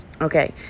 okay